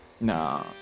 No